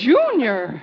Junior